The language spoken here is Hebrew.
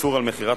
יפה,